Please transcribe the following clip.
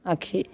आख्सि